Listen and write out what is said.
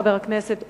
חבר הכנסת,